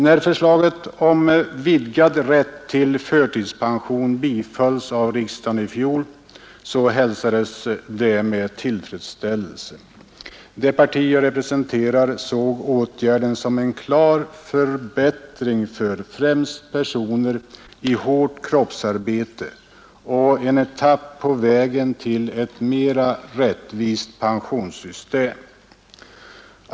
När förslaget om vidgad rätt till förtidspension bifölls av riksdagen i fjol hälsades detta med tillfredsställelse. Det parti som jag representerar såg åtgärden som en klar förbättring, främst för personer i hårt kroppsarbete, och som en etapp på vägen till ett mera rättvist pensionssystem.